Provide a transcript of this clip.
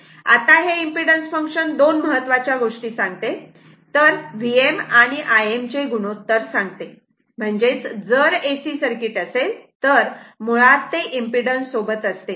आता हे impedance function दोन महत्वच्या गोष्टी सांगते तर Vm आणि Im चे गुणोत्तर सांगते म्हणजेच जर AC सर्किट असेल तर मुळात ते इम्पीडन्स सोबत असते